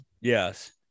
Yes